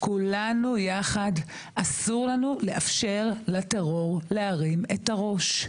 לכולנו יחד אסור לאפשר לטרור להרים את הראש.